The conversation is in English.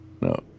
No